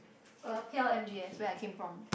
uh P_L_M_G_S where I came from